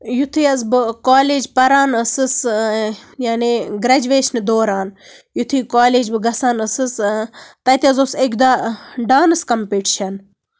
یِتھُے حظ بہٕ کولیج پَران ٲسٕس یعنی گریجویشنہِ دوران یِتھُے کولیج بہٕ گژھان ٲسٕس تَتہِ حظ اوس اَکہِ دۄہ ڈانٔس کَمپِٹشَن